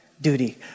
duty